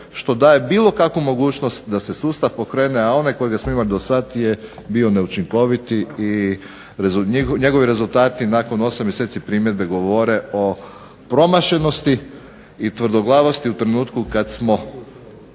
što daje bilo kakvu mogućnost da se sustav pokrene. A onaj kojega smo imali dosad je bio neučinkovit i njegovi rezultati nakon 8 mjeseci primjene govore o promašenosti i tvrdoglavosti u trenutku kad smo